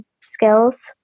skills